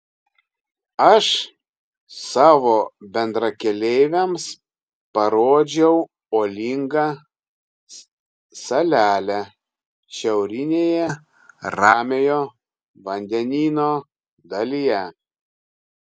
aš savo bendrakeleiviams parodžiau uolingą salelę šiaurinėje ramiojo vandenyno dalyje